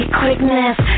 quickness